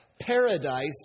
paradise